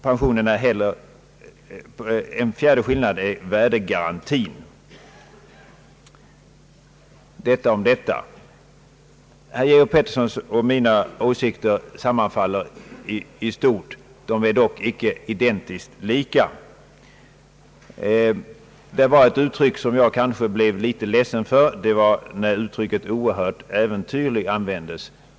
Vidare är pensionen värdebeständig. Herr Georg Petterssons och mina åsikter sammanfaller i stort sett. De är dock icke identiskt lika. Jag blev litet ledsen när uttrycket »oerhört äventyrligt» användes.